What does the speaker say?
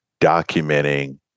documenting